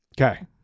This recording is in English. Okay